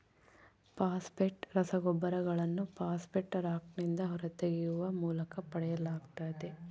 phosphate ರಸಗೊಬ್ಬರಗಳನ್ನು phosphate ರಾಕ್ನಿಂದ ಹೊರತೆಗೆಯುವ ಮೂಲಕ ಪಡೆಯಲಾಗ್ತತೆ